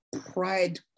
pride